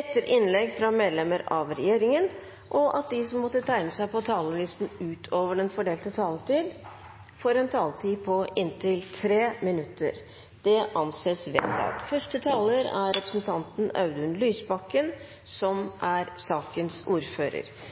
etter innlegg fra medlemmer av regjeringen innenfor den fordelte taletid, og at de som måtte tegne seg på talerlisten utover den fordelte taletid, får en taletid på inntil 3 minutter. – Det anses vedtatt. Som saksordfører vil jeg først bruke litt tid på det som hele komiteen er